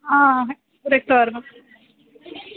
हा रक्तवर्णम्